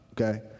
okay